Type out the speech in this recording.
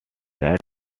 right